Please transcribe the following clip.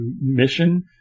mission